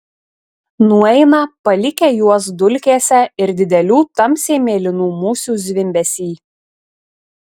nueina palikę juos dulkėse ir didelių tamsiai mėlynų musių zvimbesy